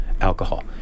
alcohol